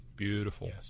Beautiful